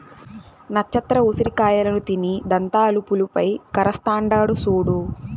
నచ్చత్ర ఉసిరి కాయలను తిని దంతాలు పులుపై కరస్తాండాడు సూడు